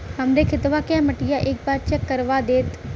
हमरे खेतवा क मटीया एक बार चेक करवा देत?